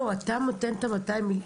לא, אתה נותן את ה- 200 מיליון ₪?